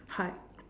hard